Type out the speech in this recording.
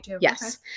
yes